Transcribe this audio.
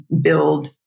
build